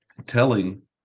telling